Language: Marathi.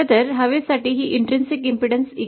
खरं तर हवेसाठी ही आंतरिक अडचण 377 Ω आहे